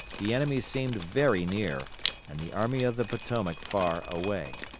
the enemy seemed very near and the army of the potomac far away.